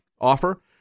offer